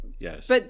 Yes